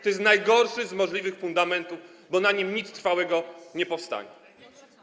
To jest najgorszy z możliwych fundamentów, bo na nim nic trwałego nie powstanie.